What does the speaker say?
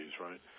right